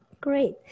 Great